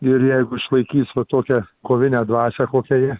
ir jeigu išlaikys va tokią kovinę dvasią kokią jie